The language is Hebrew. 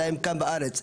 העולים שמגיעים לארץ,